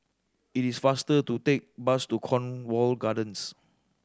it is faster to take bus to Cornwall Gardens